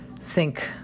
sink